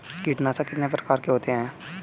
कीटनाशक कितने प्रकार के होते हैं?